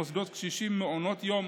מוסדות קשישים ומעונות יום